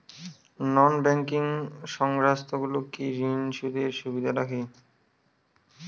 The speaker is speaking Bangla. নন ব্যাঙ্কিং সংস্থাগুলো কি স্বর্ণঋণের সুবিধা রাখে?